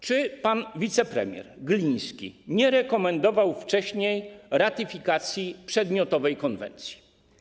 Czy pan wicepremier Gliński nie rekomendował wcześniej ratyfikacji przedmiotowej konwencji?